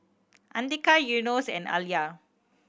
Andika Yunos and Alya